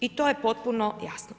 I to je potpuno jasno.